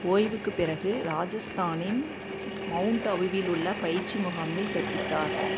ஓய்வுக்குப் பிறகு ராஜஸ்தானின் மவுண்ட் அபுவில் உள்ள பயிற்சி முகாமில் கற்பித்தார்